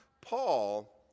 Paul